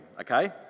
okay